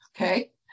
Okay